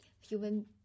human